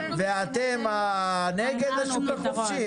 ואתם נגד השוק החופשי?